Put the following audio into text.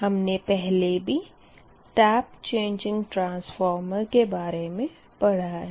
हमने पहले भी टेप चेंजिंग ट्रांसफॉर्मर के बारे में पढ़ा है